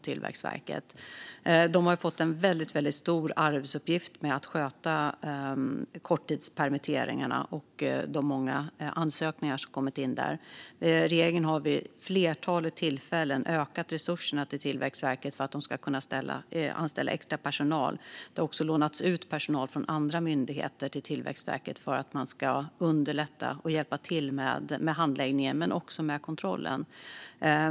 Tillväxtverket har fått en väldigt stor arbetsuppgift i att sköta korttidspermitteringarna och de många ansökningar som kommit in där, och regeringen har vid ett flertal tillfällen ökat resurserna till Tillväxtverket för att de ska kunna anställa extrapersonal. Det har även lånats ut personal från andra myndigheter till Tillväxtverket för att underlätta med både handläggningen och kontrollen.